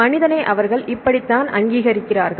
மனிதனை அவர்கள் இப்படித்தான் அங்கீகரிக்கிறார்கள்